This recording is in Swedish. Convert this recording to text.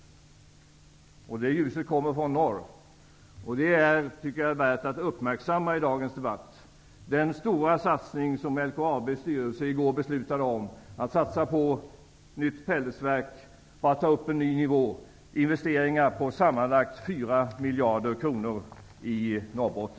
Det ljuset kommer från norr. Jag avser då, och det tycker jag är värt att uppmärksamma i dagens debatt, den stora satsning som LKAB:s styrelse i går beslutade om, nämligen att satsa på ett nytt pelletverk och en ny nivå för investeringar om sammanlagt 4 miljarder kronor i